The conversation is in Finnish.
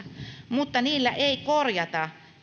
mutta niillä ei korjata